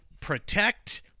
protect